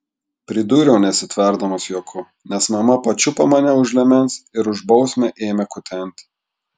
pridūriau nesitverdamas juoku nes mama pačiupo mane už liemens ir už bausmę ėmė kutenti